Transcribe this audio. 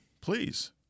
Please